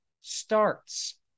starts